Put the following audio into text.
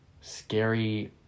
scary